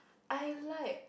I like